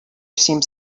seemed